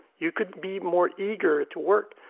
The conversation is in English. you could be more eager to work.